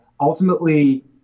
ultimately